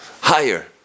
higher